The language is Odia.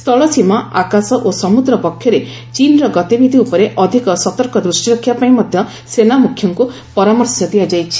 ସ୍ଥଳସୀମା ଆକାଶ ଓ ସମୁଦ୍ର ବକ୍ଷରେ ଚୀନର ଗତିବିଧି ଉପରେ ଅଧିକ ସତର୍କ ଦୃଷ୍ଟି ରଖିବା ପାଇଁ ମଧ୍ୟ ସେନାମୁଖ୍ୟଙ୍କୁ ପରାମର୍ଶ ଦିଆଯାଇଛି